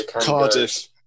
Cardiff